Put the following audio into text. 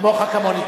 כמוך כמוני.